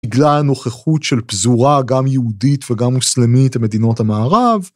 בגלל הנוכחות של פזורה, גם יהודית וגם מוסלמית, למדינות המערב.